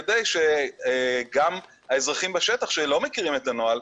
כדי שגם האזרחים בשטח שלא מכירים את הנוהל,